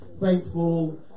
thankful